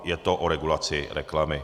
Je to o regulaci reklamy.